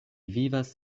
vivas